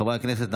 חברי הכנסת,